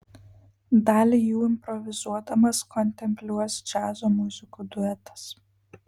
dalį jų improvizuodamas kontempliuos džiazo muzikų duetas